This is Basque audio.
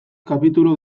kapitulu